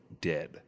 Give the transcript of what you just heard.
dead